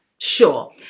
Sure